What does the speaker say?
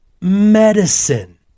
medicine